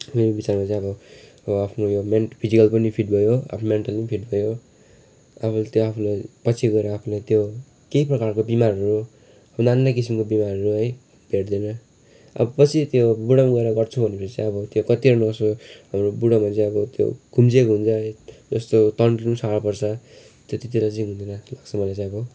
मेरो विचारमा चाहिँ अब आफ्नो मेन्ट फिजिकल पनि फिट भयो आफ्नो मेन्टल पनि फिट भयो अब त्यो आफूलाई पछि गएर आफूलाई त्यो केही प्रकारको बिमारहरू नाना किसिमको बिमारहरू है भेट्दैन अब पछि त्यो बुढो भएर गर्छु भनेपछि चाहिँ अब त्यो कतिवटा नसोहरू अब बुढोमा चाहिँ अब त्यो खुम्चिएको हुन्छ है जस्तो तन्किनु पनि साह्रो पर्छ त्यतातिर चाहिँ हुँदैन जस्तो लाग्छ मलाई चाहिँ अब